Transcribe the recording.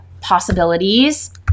possibilities